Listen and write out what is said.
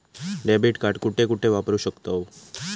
Debit card कुठे कुठे वापरू शकतव?